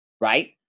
right